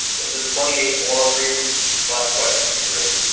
this is twenty eight more free response but questions to grade.